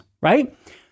right